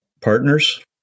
Partners